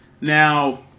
Now